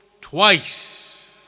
twice